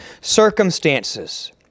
circumstances